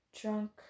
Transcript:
drunk